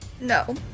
No